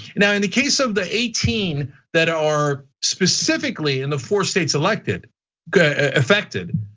now in the case of the eighteen that are specifically in the four states elected affected,